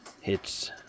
hits